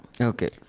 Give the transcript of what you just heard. Okay